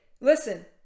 listen